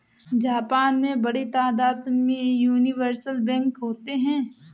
Japan में बड़ी तादाद में यूनिवर्सल बैंक होते हैं